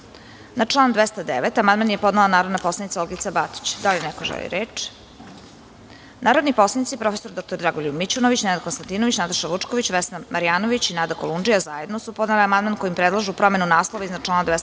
član 209. amandman je podnela narodna poslanica Olgica Batić. Da li neko želi reč? (Ne)Narodni poslanici prof. dr Dragoljub Mićunović, Nenad Konstantinović, Nataša Vučković, Vesna Marjanović i Nada Kolundžija zajedno su podneli amandman kojim predlažu promenu naslova iznad člana